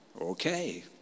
okay